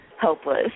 helpless